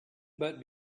but